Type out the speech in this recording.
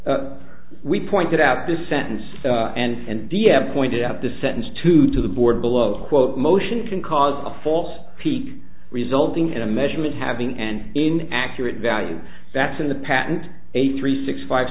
free we pointed out this sentence and d m pointed out the sentence to the board below quote motion can cause a false peak resulting in a measurement having and in accurate value that's in the patent a three six five